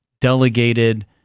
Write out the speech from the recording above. delegated